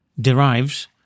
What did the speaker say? derives